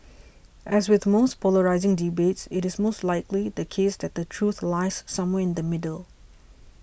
as with most polarising debates it is most likely the case that the truth lies somewhere in the middle